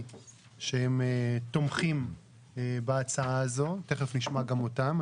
שהם תומכים בהצעה זו - תיכף נשמע גם אותם.